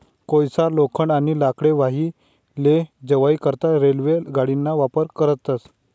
कोयसा, लोखंड, आणि लाकडे वाही लै जावाई करता रेल्वे गाडीना वापर करतस